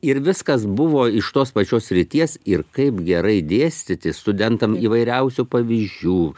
ir viskas buvo iš tos pačios srities ir kaip gerai dėstyti studentam įvairiausių pavyzdžių